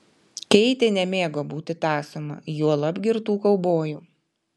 keitė nemėgo būti tąsoma juolab girtų kaubojų